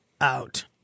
out